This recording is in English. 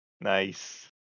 Nice